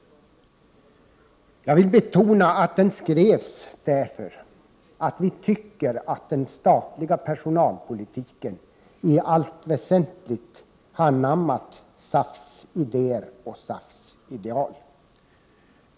Jag vill betona att | den skrevs för att vi anser att den statliga personalpolitiken i allt väsentligt har anammat SAF:s idéer och SAF:s ideal.